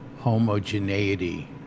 homogeneity